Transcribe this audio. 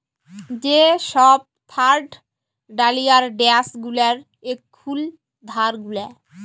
যে সব থার্ড ডালিয়ার ড্যাস গুলার এখুল ধার গুলা